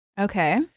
Okay